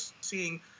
seeing